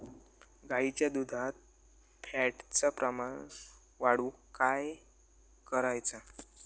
गाईच्या दुधात फॅटचा प्रमाण वाढवुक काय करायचा?